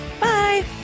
Bye